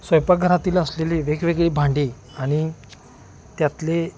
स्वयंपाकघरातील असलेली वेगवेगळी भांडी आणि त्यातले